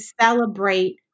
celebrate